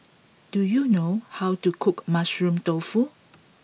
do you know how to cook Mushroom Tofu